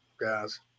guys